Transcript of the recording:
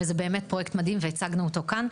זה באמת פרויקט מדהים והצגנו אותו כאן.